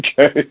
Okay